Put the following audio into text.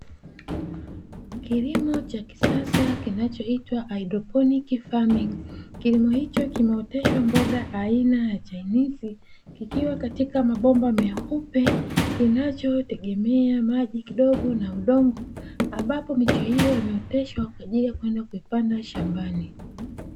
Kilimo cha kisasa kinachoitwa (haidroponi famingi), kilimo hicho kimeoteshwa mboga aina ya chainizi likiwa katika mabomba meupe kinachotegemea maji kidogo na udongo, ambapo miche hiyo imeoteshwa kwa ajili ya kwenda kuipanda shambani.